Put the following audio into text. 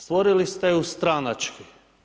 Stvorili ste ju stranački.